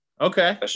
Okay